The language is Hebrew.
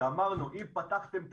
ואמרנו אם פתחתם תצהיר,